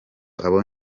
aba